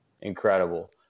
incredible